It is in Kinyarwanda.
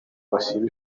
basiba